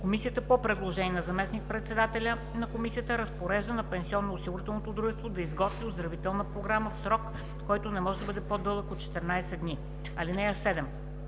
комисията по предложение на заместник-председателя на комисията разпорежда на пенсионноосигурителното дружество да изготви оздравителна програма в срок, който не може да е по-дълъг от 14 дни. (7)